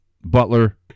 Butler